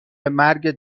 مرگ